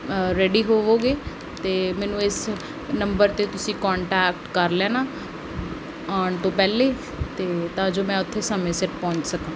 ready ਹੋਵੋਗੇ ਅਤੇ ਮੈਨੂੰ ਇਸ ਨੰਬਰ 'ਤੇ ਤੁਸੀਂ ਕੋਨਟੈਕਟ ਕਰ ਲੈਣਾ ਆਉਣ ਤੋਂ ਪਹਿਲਾਂ ਤੇ ਤਾਂ ਜੋ ਮੈਂ ਉੱਥੇ ਸਮੇਂ ਸਿਰ ਪਹੁੰਚ ਸਕਾਂ